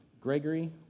Gregory